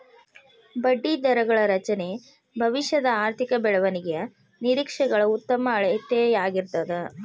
ಬಡ್ಡಿದರಗಳ ರಚನೆ ಭವಿಷ್ಯದ ಆರ್ಥಿಕ ಬೆಳವಣಿಗೆಯ ನಿರೇಕ್ಷೆಗಳ ಉತ್ತಮ ಅಳತೆಯಾಗಿರ್ತದ